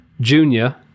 Junior